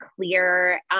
clear